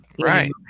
right